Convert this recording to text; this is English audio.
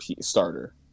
starter